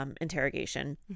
Interrogation